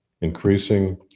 increasing